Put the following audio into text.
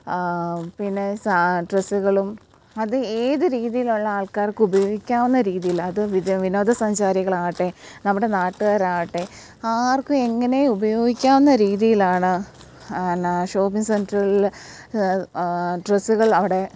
പിന്നെ സാരി ഡ്രസ്സുകളും അത് ഏത് രീതിയിലുള്ള ആൾക്കാർക്കും ഉപയോഗിക്കാവുന്ന രീതിയിൽ അത് വിനോദസഞ്ചാരികളാകട്ടെ നമ്മുടെ നാട്ടുകാരാകട്ടെ ആർക്കും എങ്ങനേയും ഉപയോഗിക്കാവുന്ന രീതിയിലാണ് പിന്നെ ഷോപ്പിങ്ങ് സെൻറ്ററുകളിൽ ഡ്രസ്സുകൾ അവിടെ